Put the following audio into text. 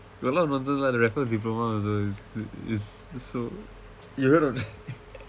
got a lot of nonsense lah the raffles diploma also is is so you heard of it